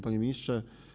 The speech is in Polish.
Panie Ministrze!